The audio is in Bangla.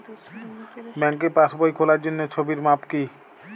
ব্যাঙ্কে পাসবই খোলার জন্য ছবির মাপ কী?